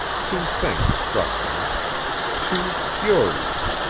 two things struck them two furies.